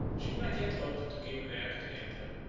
she might yet hope to give an heir to the empire.